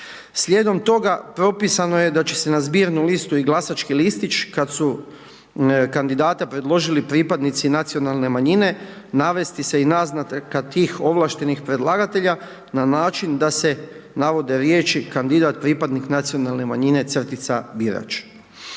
Slijedom toga propisano je da će se na zbirnu listu i glasački listić kad su kandidata predložili pripadnici nacionalne manjine navesti se i naznaka tih ovlaštenih predlagatelja na način da se navode riječi: kandidat pripadnik nacionalne manjine – birač.